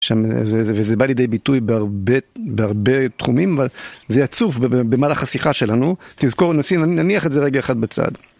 וזה בא לידי ביטוי בהרבה תחומים, אבל זה עצוב במהלך השיחה שלנו. תזכור, נניח את זה רגע אחד בצד.